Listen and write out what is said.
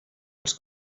els